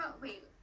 Wait